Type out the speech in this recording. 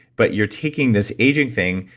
but you're taking this aging thing,